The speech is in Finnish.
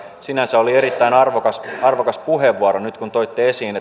sinänsä oli erittäin arvokas arvokas puheenvuoro nyt kun toitte esiin